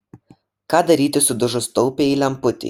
ką daryti sudužus taupiajai lemputei